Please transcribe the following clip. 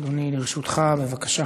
אדוני, לרשותך, בבקשה.